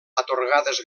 atorgades